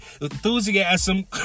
Enthusiasm